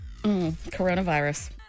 Coronavirus